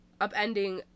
upending